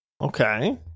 Okay